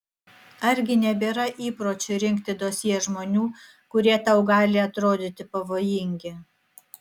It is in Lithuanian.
argi nebėra įpročio rinkti dosjė žmonių kurie tau gali atrodyti pavojingi